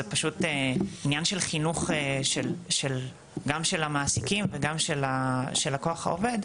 זה פשוט עניין של חינוך גם של המעסיקים וגם של הכוח העובד,